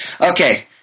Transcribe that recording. Okay